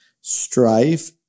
strife